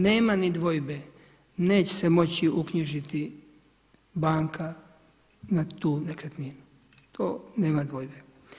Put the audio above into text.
Nema ni dvojbe, neće se moći uknjižiti banka na tu nekretninu, to nema dvojbe.